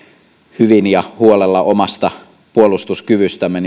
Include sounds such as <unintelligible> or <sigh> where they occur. hyvin ja huolella omasta puolustuskyvystämme <unintelligible>